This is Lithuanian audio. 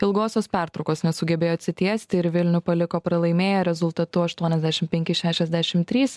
ilgosios pertraukos nesugebėjo atsitiesti ir vilnių paliko pralaimėję rezultatu aštuoniasdešimt penki šešiasdešimt trys